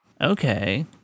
Okay